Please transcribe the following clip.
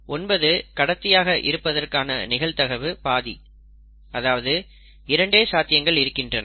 9 கடத்தியாக இருப்பதற்கான நிகழ்தகவு பாதி அதாவது இரண்டே சாத்தியங்கள் இருக்கின்றன